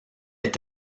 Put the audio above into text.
est